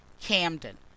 Camden